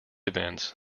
events